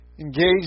engaged